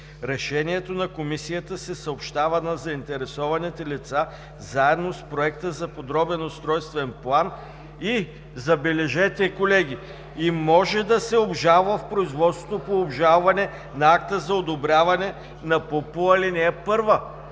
„Решението на Комисията се съобщава на заинтересованите лица заедно с проекта за подробен устройствен план и – забележете, колеги – може да се обжалва в производство по обжалване на акта за одобряване по ал. 1“.